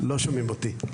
לא שומעים אותי.